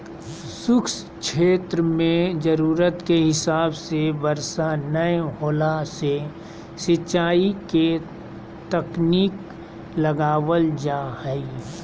शुष्क क्षेत्र मे जरूरत के हिसाब से बरसा नय होला से सिंचाई के तकनीक लगावल जा हई